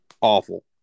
awful